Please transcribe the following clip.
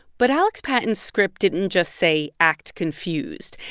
but alex patton's script didn't just say, act confused.